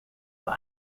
vor